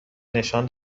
نشان